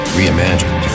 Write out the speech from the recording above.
reimagined